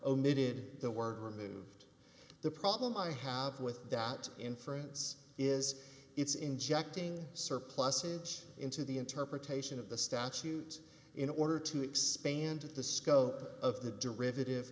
omitted the word removed the problem i have with that inference is it's injecting surplusage into the interpretation of the statute in order to expand the scope of the d